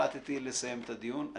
החלטתי לסיים את הדיון.